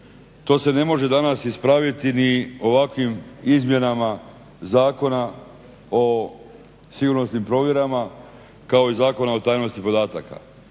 To se ne može danas ispraviti ni ovakvim izmjenama Zakona o sigurnosnim provjerama kao i Zakona o tajnosti podataka.